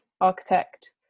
architect